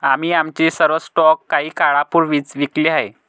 आम्ही आमचे सर्व स्टॉक काही काळापूर्वीच विकले आहेत